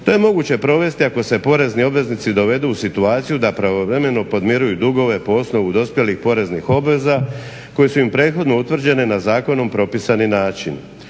To je moguće provesti ako se porezni obveznici dovedu u situaciju da pravovremeno podmiruju dugove po osnovu dospjelih poreznih obveza koje su im prethodno utvrđene na zakonom propisani način.